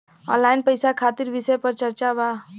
Online पैसा खातिर विषय पर चर्चा वा?